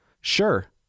Sure